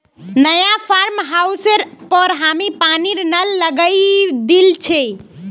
नया फार्म हाउसेर पर हामी पानीर नल लगवइ दिल छि